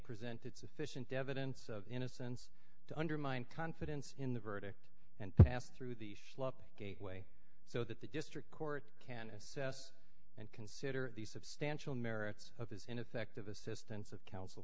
presented sufficient evidence of innocence to undermine confidence in the verdict and pass through the gateway so that the district court can assess and consider the substantial merits of his ineffective assistance of coun